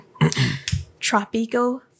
Tropico